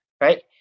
right